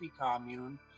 commune